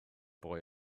boy